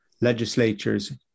legislatures